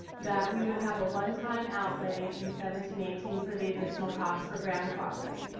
that we would have a one time outlay in seventeen eighteen for the additional cost for grandfathering.